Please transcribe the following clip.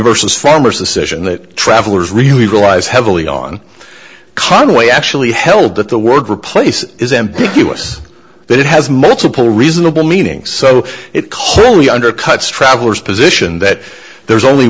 versus farmer's decision that travelers really relies heavily on conway actually held that the word replace is ambiguous that it has multiple reasonable meaning so it clearly undercuts travelers position that there is only